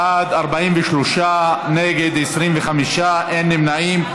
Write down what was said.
בעד, 43, נגד, 25, אין נמנעים.